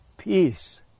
Peace